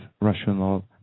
rational